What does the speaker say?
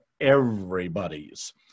everybody's